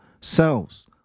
selves